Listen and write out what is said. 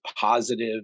positive